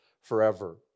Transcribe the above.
forever